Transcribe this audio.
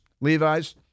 Levi's